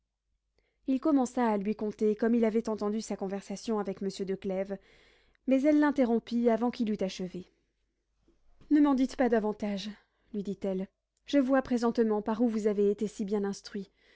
il commença à lui conter comme il avait entendu sa conversation avec monsieur de clèves mais elle l'interrompit avant qu'il eût achevé ne m'en dites pas davantage lui dit-elle je vois présentement par où vous avez été si bien instruit